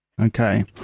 Okay